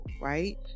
right